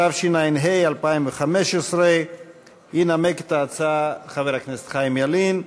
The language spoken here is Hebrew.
התשע"ה 2015. ינמק את ההצעה חבר הכנסת חיים ילין.